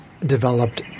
developed